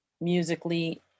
musically